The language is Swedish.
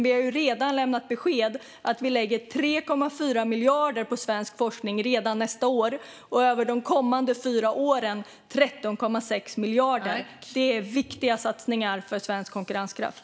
Vi har redan lämnat besked att vi lägger 3,4 miljarder på svensk forskning redan nästa år, och under de kommande fyra åren lägger vi 13,6 miljarder. Detta är viktiga satsningar för svensk konkurrenskraft.